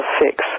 six